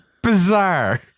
bizarre